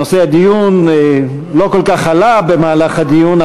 נושא הדיון לא כל כך עלה במהלך הדיון,